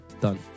done